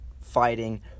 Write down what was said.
fighting